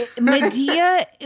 Medea